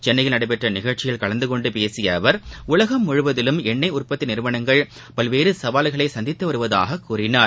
சென்னையில் நடைபெற்ற நிகழ்ச்சியில் கலந்து கொண்டு பேசிய அவர் உலகம் முழுவதிலும் எண்ணெய் உற்பத்தி நிறுவனங்கள் பல்வேறு சவால்களை சந்தித்து வருவதாக கூறினார்